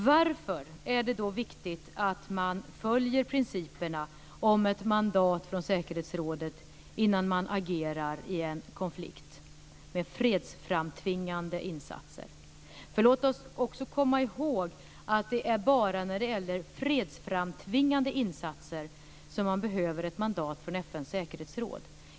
Varför är det då viktigt att man följer principerna om ett mandat från säkerhetsrådet innan man agerar i en konflikt med fredsframtvingande insatser? Låt oss komma ihåg att det bara är när det gäller fredsframtvingande insatser som man behöver ett mandat från FN:s säkerhetsråd.